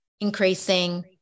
increasing